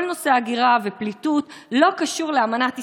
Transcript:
כל נושא ההגירה והפליטות לא קשור לאמנת איסטנבול,